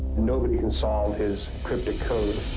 nobody can solve his cryptic code.